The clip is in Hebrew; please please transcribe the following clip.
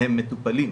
הם מטופלים,